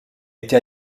été